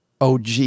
og